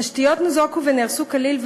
תשתיות ניזוקו ונהרסו כליל,